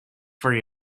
for